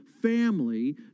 family